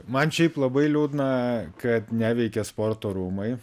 man šiaip labai liūdna kad neveikia sporto rūmai